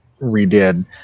redid